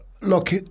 Look